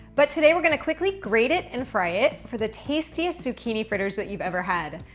but today, we're gonna quickly grate it and fry it for the tastiest zucchini fritters that you've ever had.